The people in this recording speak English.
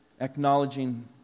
acknowledging